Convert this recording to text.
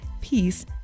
peace